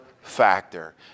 factor